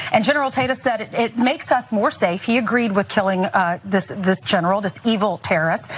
and general tate has said it it makes us more safe. he agreed with killing ah this this general, this evil terrorist.